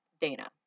Dana